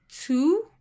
two